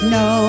no